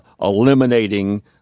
eliminating